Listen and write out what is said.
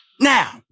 now